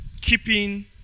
keeping